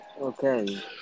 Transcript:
Okay